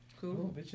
Cool